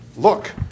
look